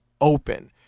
open